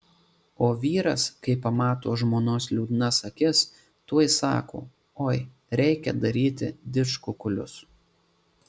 o vyras kai pamato žmonos liūdnas akis tuoj sako oi reikia daryti didžkukulius